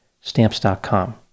Stamps.com